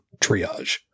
triage